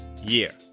year